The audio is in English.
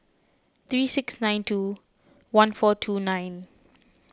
three six nine two one four two nine